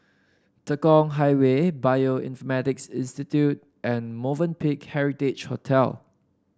Tekong Highway Institute and Movenpick Heritage Hotel